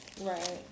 Right